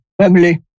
Family